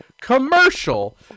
commercial